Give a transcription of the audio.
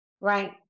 Right